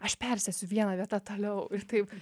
aš persėsiu viena vieta toliau ir taip